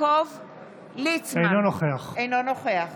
אינו נוכח